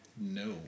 No